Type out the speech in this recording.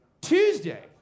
Tuesday